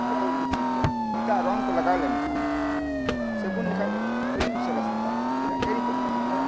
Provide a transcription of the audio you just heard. ᱡᱚᱛᱚ ᱠᱤᱪᱷᱩ ᱴᱷᱤᱠ ᱜᱮᱭᱟ ᱮᱴᱟᱜ ᱨᱚᱝ ᱠᱚ ᱞᱟᱜᱟᱣ ᱞᱮᱱ ᱠᱷᱟᱱ ᱥᱟᱵᱚᱱ ᱞᱮᱠᱷᱟᱱ ᱜᱮ ᱟᱹᱰᱤ ᱩᱥᱟᱹᱨᱟ ᱥᱟᱯᱷᱟᱜᱼᱟ ᱪᱮᱫᱟᱜ ᱥᱮ ᱴᱮᱨᱤᱠᱚᱴ ᱠᱟᱱᱟ ᱛᱚ